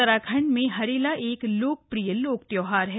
उत्तराखंड में हरेला एक लोक प्रिय लोक त्योहार है